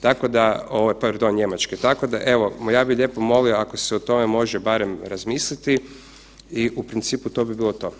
Tako da, pardon, Njemačke, tako da evo, ja bih lijepo molio ako se o tome može barem razmisliti i u principu, to bi bilo to.